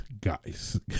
Guys